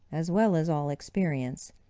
as well as all experience,